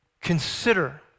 consider